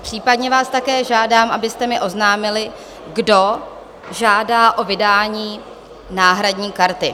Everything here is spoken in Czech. Případně vás také žádám, abyste mi oznámili, kdo žádá o vydání náhradní karty.